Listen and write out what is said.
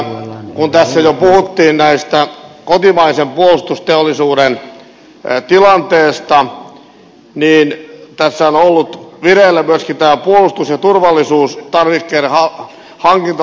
kun tässä jo puhuttiin tästä kotimaisen puolustusteollisuuden tilanteesta niin tässä on ollut vireillä myöskin puolustus ja turvallisuustarvikkeiden hankintalain uudistus